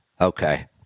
Okay